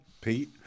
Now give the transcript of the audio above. Pete